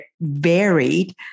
varied